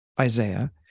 Isaiah